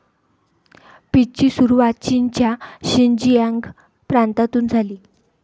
पीचची सुरुवात चीनच्या शिनजियांग प्रांतातून झाली